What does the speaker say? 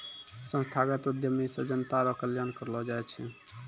संस्थागत उद्यमी से जनता रो कल्याण करलौ जाय छै